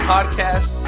Podcast